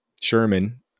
Sherman